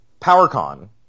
PowerCon